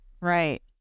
Right